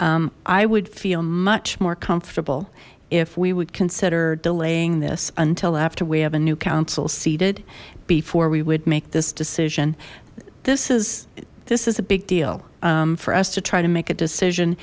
season i would feel much more comfortable if we would consider delaying this until after we have a new council seated before we would make this decision this is this is a big deal for us to try to make a decision